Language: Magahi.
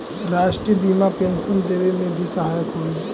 राष्ट्रीय बीमा पेंशन देवे में भी सहायक हई